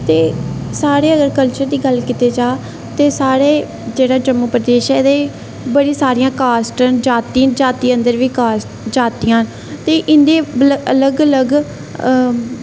ते साढ़े अगर कल्चर दी गल्ल कीती जा ते साढ़े जेह्ड़ा जम्मू प्रदेश ऐ एह्दे च बड़ी सारी कास्ट न जाति न जाति अंदर बी कास्ट न जातियां न ते इं'दे अलग अलग